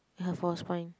for her spine